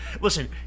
Listen